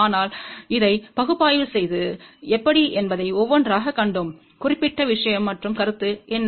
ஆனால் இதைப் பகுப்பாய்வு செய்வது எப்படி என்பதை ஒவ்வொன்றாகக் காண்போம் குறிப்பிட்ட விஷயம் மற்றும் கருத்து என்ன